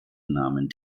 nahmen